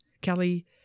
Kelly